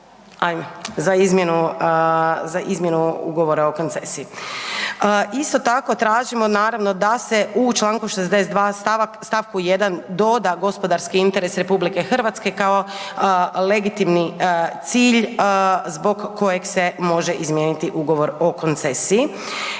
za izmjenu ugovora o koncesiji. Isto tako tražimo naravno da se u Članku 62. stavak, stavku 1. doda gospodarski interes RH kao legitimni cilj zbog kojeg se može izmijeniti ugovor o koncesiji